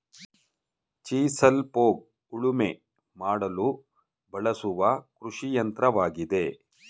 chisel plough ಉಳುಮೆ ಮಾಡಲು ಬಳಸುವ ಕೃಷಿಯಂತ್ರವಾಗಿದೆ